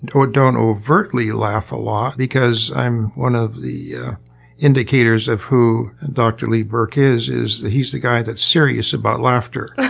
and ah don't overtly laugh a lot because one of the indicators of who dr. lee berk is is that he's the guy that's serious about laughter.